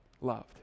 loved